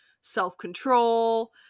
self-control